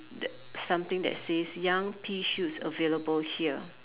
the something that says young pea shoots available here